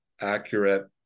accurate